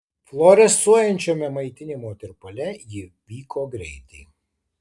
fluorescuojančiame maitinimo tirpale ji vyko greitai